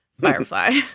Firefly